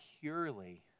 purely